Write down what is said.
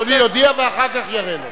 אדוני יודיע ואחר כך יראה לו.